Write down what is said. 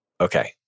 okay